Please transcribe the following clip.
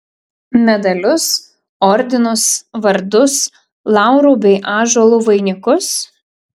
medalius ordinus vardus laurų bei ąžuolų vainikus